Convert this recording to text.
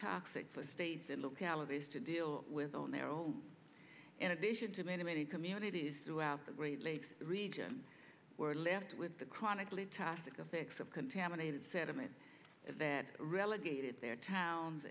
toxic for states and localities to deal with on their own in addition to many many communities throughout the great lakes region were left with the chronically tactical fix of contaminated sediment that relegated their towns